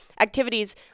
activities